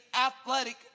athletic